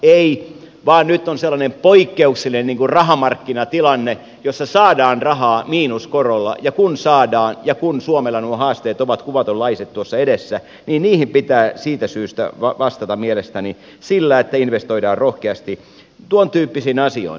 ei vaan nyt on sellainen poikkeuksellinen rahamarkkinatilanne jossa saadaan rahaa miinuskorolla ja kun saadaan ja kun suomella nuo haasteet ovat kuvatunlaiset tuossa edessä niin niihin pitää siitä syystä vastata mielestäni sillä että investoidaan rohkeasti tuon tyyppisiin asioihin